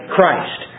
Christ